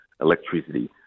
electricity